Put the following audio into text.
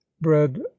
bread